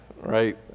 right